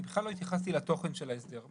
אני בכלל לא התייחסתי לתוכן של ההסדר.